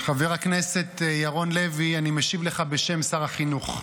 חבר הכנסת ירון לוי, אני משיב לך בשם שר החינוך.